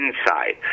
inside